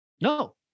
No